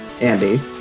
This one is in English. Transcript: Andy